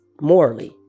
morally